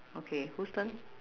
okay whose turn